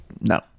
No